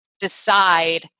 decide